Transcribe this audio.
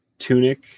Tunic